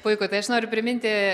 puiku tai aš noriu priminti